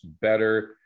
better